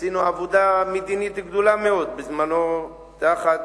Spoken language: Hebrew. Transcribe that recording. עשינו עבודה מדינית גדולה מאוד בזמנו תחת